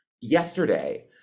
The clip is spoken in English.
yesterday